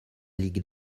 ligue